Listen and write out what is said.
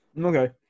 Okay